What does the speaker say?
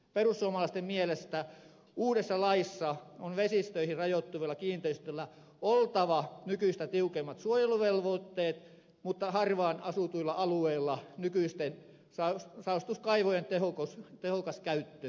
perussuomalaisten mielestä uudessa laissa on vesistöihin rajoittuvilla kiinteistöillä oltava nykyistä tiukemmat suojeluvelvoitteet mutta harvaan asutuilla alueilla nykyisten saostuskaivojen tehokas käyttö riittäköön